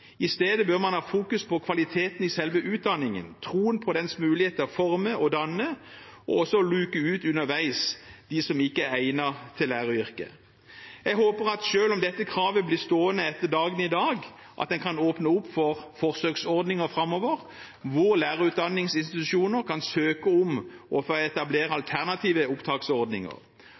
I stedet bør man ha fokus på kvaliteten i selve utdanningen, troen på dens mulighet til å forme og danne og også å luke ut underveis dem som ikke er egnet til læreryrket. Jeg håper at en selv om dette kravet blir stående etter dagen i dag, kan åpne opp for forsøksordninger framover hvor lærerutdanningsinstitusjoner kan søke om å få etablere alternative opptaksordninger,